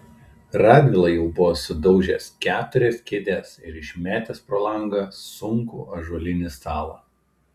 radvila jau buvo sudaužęs keturias kėdes ir išmetęs pro langą sunkų ąžuolinį stalą